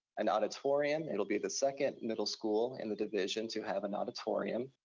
an auditorium. it'll be the second middle school in the division to have an auditorium.